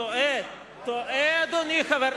טועה, טועה אדוני.